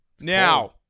Now